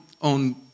on